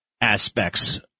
aspects